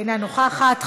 אינה נוכחת,